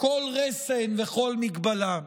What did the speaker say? כל רסן וכל מגבלה.